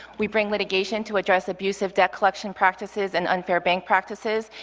we bring litigation to address abusive debt collection practices and unfair bank practices,